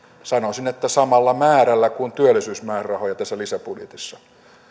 sanoisin että samalla määrällä kuin työllisyysmäärärahoja tässä lisäbudjetissa